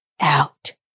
out